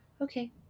okay